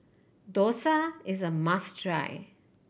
dosa is a must try